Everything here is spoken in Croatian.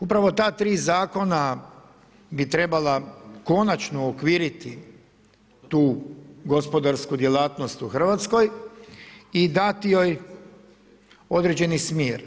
Upravo ta tri zakona bi trebala konačno uokvirit tu gospodarsku djelatnost u Hrvatskoj i dati joj određeni smjer.